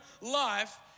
life